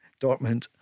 Dortmund